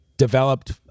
Developed